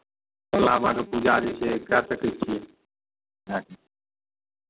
भोला बाबाके पूजा जे छै कऽ सकै छियै जाय कऽ